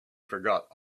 forgot